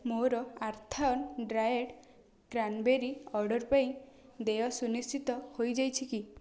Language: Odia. ମୋର ଆର୍ଥ୍ଅନ୍ ଡ୍ରାଏଡ଼୍ କ୍ରାନ୍ବେରୀ ଅର୍ଡ଼ର୍ ପାଇଁ ଦେୟ ସୁନିଶ୍ଚିତ ହୋଇଯାଇଛି କି